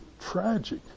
tragic